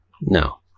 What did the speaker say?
no